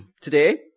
today